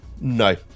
No